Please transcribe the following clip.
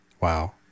Wow